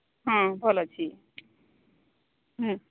ହଁ ଭଲ୍ ଅଛି ହୁଁ